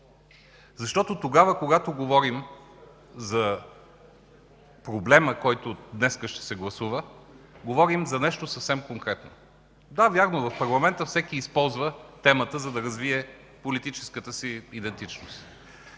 днес. Когато говорим за проблема, който днес ще се гласува, говорим за нещо съвсем конкретно. Да, вярно е, в парламента всеки използва темата, за да развие политическата си идентичност.